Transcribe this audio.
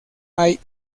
hay